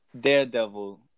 Daredevil